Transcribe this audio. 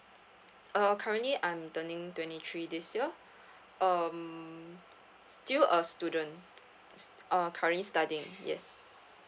uh currently I'm turning twenty three this year um still a student s~ uh currently studying yes